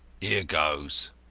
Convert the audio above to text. here goes.